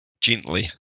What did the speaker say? gently